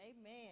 Amen